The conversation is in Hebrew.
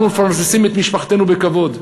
אנחנו מפרנסים את משפחותינו בכבוד.